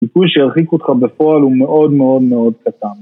ניקוי שירחיק אותך בפועל הוא מאוד מאוד מאוד קטן